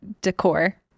decor